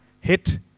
hit